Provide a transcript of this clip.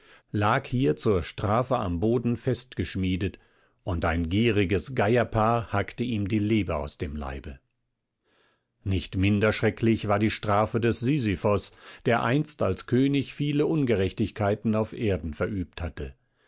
lag hier zur strafe am boden fest geschmiedet und ein gieriges geierpaar hackte ihm die leber aus dem leibe nicht minder schrecklich war die strafe des sisyphos der einst als könig viele ungerechtigkeiten auf erden verübt hatte